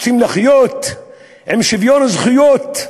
רוצים לחיות עם שוויון זכויות,